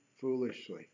foolishly